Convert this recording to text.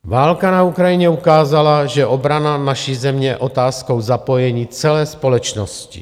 Válka na Ukrajině ukázala, že obrana naší země je otázkou zapojení celé společnosti.